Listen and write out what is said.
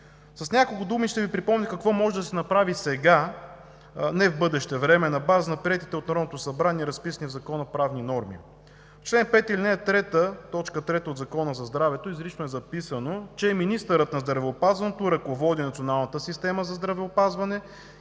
С няколко думи ще Ви припомня какво може да се направи сега, а не в бъдеще време, на база приетите от Народното събрание и разписани в Закона правни норми. В чл. 5, ал. 3, т. 3 от Закона за здравето изрично е записано, че министърът на здравеопазването ръководи Националната система за здравеопазване